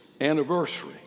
anniversary